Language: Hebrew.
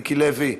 מיקי לוי,